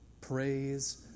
Praise